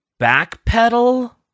backpedal